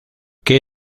que